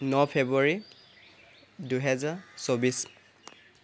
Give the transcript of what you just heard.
ন ফেব্ৰুৱাৰী দুহেজাৰ চৌব্বিছ